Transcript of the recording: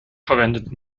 verwendet